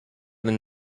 than